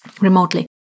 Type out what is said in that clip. remotely